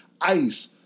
ICE